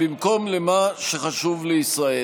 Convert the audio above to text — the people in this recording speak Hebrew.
במקום במה שחשוב לישראל.